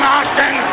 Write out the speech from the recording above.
Austin